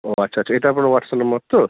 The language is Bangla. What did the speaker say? ও আচ্ছা আচ্ছা এটা আপনার হোয়াটসঅ্যাপ নম্বর তো